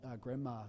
grandma